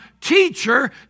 Teacher